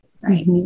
right